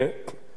ללא צל של ספק,